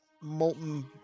molten